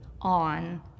on